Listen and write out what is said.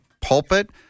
pulpit